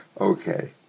Okay